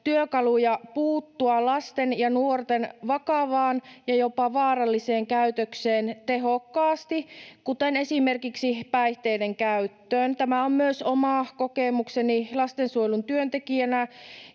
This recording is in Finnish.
työkaluja puuttua lasten ja nuorten vakavaan ja jopa vaaralliseen käytökseen tehokkaasti, esimerkiksi päihteiden käyttöön. Tämä on myös oma kokemukseni lastensuojelun työntekijänä,